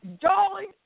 darling